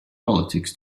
politics